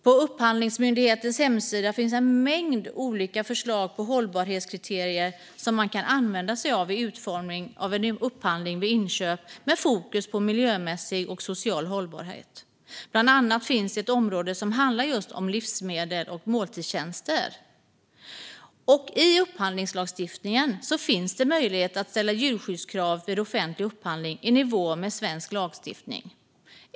På Upphandlingsmyndighetens hemsida finns en mängd olika förslag på hållbarhetskriterier som man kan använda sig av vid utformning av en upphandling vid inköp med fokus på miljömässig och social hållbarhet. Bland annat finns det ett område som handlar just om livsmedel och måltidstjänster. I upphandlingslagstiftningen finns det möjlighet att vid offentlig upphandling ställa djurskyddskrav i nivå med svensk lagstiftning.